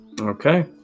Okay